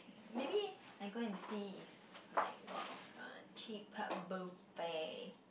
maybe I go and see if like got a cheaper buffet